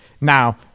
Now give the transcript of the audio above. Now